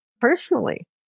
personally